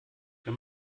wenn